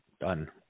done